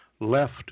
left